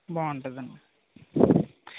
బాగుంటుందండి